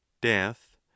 death